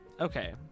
Okay